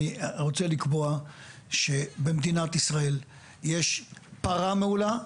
אני רוצה לקבוע שבמדינת ישראל יש פרה מעולה,